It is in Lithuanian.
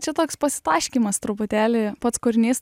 čia toks pasitaškymas truputėlį pats kūrinys